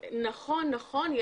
נכון,